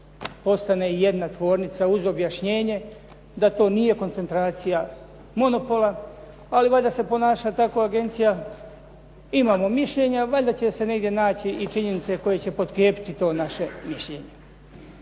postane jedna tvornica uz objašnjenje da to nije koncentracija monopola, ali valjda se ponaša tako agencija, imamo mišljenja, valjda će se negdje naći i činjenice koje će potkrijepiti to naše mišljenje.